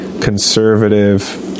conservative